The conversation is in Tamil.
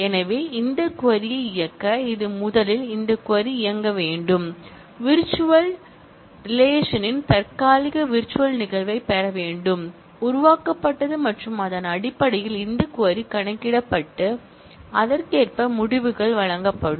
எனவே இந்த க்வரி இயக்க இது முதலில் இந்த க்வரி இயக்க வேண்டும் விர்ச்சுவல் உறவின் தற்காலிக விர்ச்சுவல் நிகழ்வைப் பெற வேண்டும் உருவாக்கப்பட்டது மற்றும் அதன் அடிப்படையில் இந்த க்வரி கணக்கிடப்பட்டு அதற்கேற்ப முடிவுகள் வழங்கப்படும்